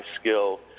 skill